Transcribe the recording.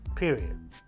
period